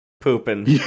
pooping